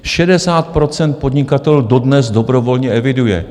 Šedesát procent podnikatelů dodnes dobrovolně eviduje.